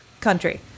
country